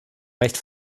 recht